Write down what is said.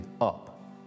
up